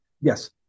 yes